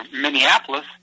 Minneapolis